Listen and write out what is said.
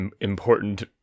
important